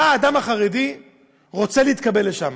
בא אדם חרדי ורוצה להתקבל לשם.